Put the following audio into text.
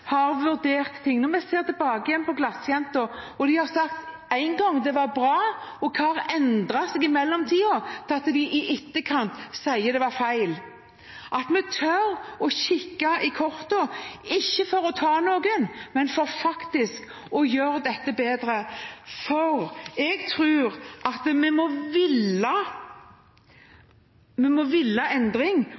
har vurdert ting. Når vi ser tilbake på «glassjenta», og man en gang har sagt at det var bra: Hva har endret seg i mellomtiden så man i etterkant sier det var feil? Vi må tørre å kikke i kortene, ikke for å ta noen, men for faktisk å gjøre dette bedre, for jeg tror at vi må ville en endring, og vi må